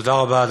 תודה רבה.